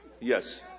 yes